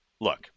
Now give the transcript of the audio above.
look